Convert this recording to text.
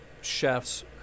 chefs